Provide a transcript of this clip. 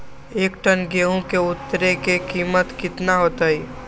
एक टन गेंहू के उतरे के कीमत कितना होतई?